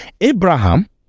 abraham